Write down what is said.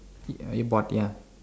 you bought ya